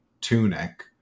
Tunic